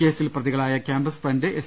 കേസിൽ പ്രതികളായ campus front S